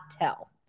tell